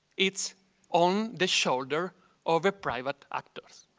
it's on the shoulder of a private actors.